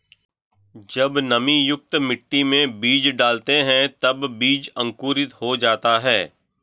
जब नमीयुक्त मिट्टी में बीज डालते हैं तब बीज अंकुरित हो जाता है